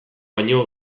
baino